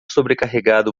sobrecarregado